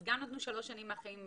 אז גם נתנו שלוש שנים מהחיים,